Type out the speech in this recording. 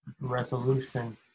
resolution